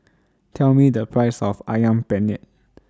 Tell Me The Price of Ayam Penyet